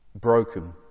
broken